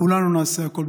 כולנו נעשה הכול,